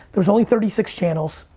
there was only thirty six channels.